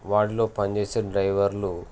వాటిలో పనిచేసే డ్రైవర్లు